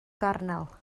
gornel